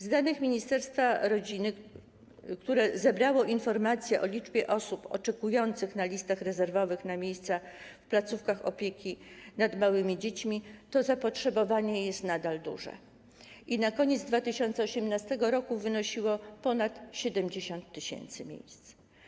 Z danych ministerstwa rodziny, które zebrało informacje o liczbie osób oczekujących na listach rezerwowych na miejsca w placówkach opieki nad małymi dziećmi, wynika, że to zapotrzebowanie jest nadal duże i na koniec 2018 r. wynosiło ponad 70 tys. miejsc.